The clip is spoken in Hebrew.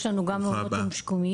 יש לנו מעונות יום שיקומיים,